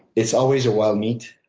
it's always a wild meat,